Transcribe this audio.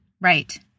Right